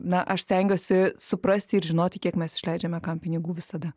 na aš stengiuosi suprasti ir žinoti kiek mes išleidžiame kam pinigų visada